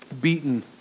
beaten